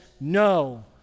no